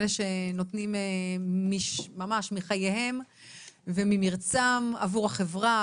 אלה שנותנים ממש מחייהם וממרצם עבור החברה,